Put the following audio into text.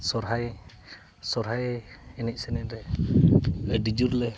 ᱥᱚᱦᱨᱟᱭ ᱥᱚᱦᱨᱟᱭ ᱮᱱᱮᱡ ᱥᱮᱨᱮᱧ ᱨᱮ ᱟᱹᱰᱤ ᱡᱳᱨ ᱞᱮ